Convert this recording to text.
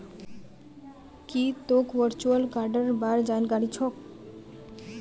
की तोक वर्चुअल कार्डेर बार जानकारी छोक